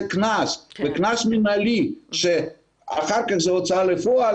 קנס וקנס מנהלי שאחר כך זה הוצאה לפועל,